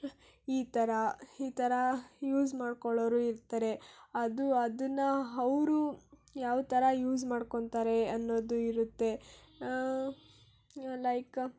ಈ ಥರ ಈ ಥರ ಯೂಸ್ ಮಾಡಿಕೊಳ್ಳೋರು ಇರ್ತಾರೆ ಅದು ಅದನ್ನು ಅವ್ರು ಯಾವ ಥರ ಯೂಸ್ ಮಾಡ್ಕೊತಾರೆ ಅನ್ನೋದು ಇರುತ್ತೆ ಲೈಕ